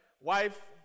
wife